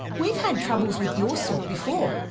we've had trouble with your sort before.